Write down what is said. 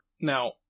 Now